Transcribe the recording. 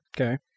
Okay